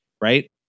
Right